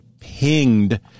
pinged